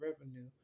revenue